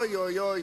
אוי, אוי,